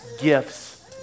gifts